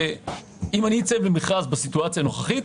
שאם אני אצא למכרז בסיטואציה הנוכחית,